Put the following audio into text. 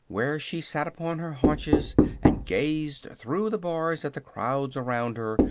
where she sat upon her haunches and gazed through the bars at the crowds around her,